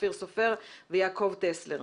אופיר סופר ויעקב טסלר.